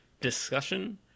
discussion